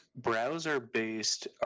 browser-based